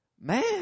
man